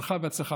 ברכה והצלחה.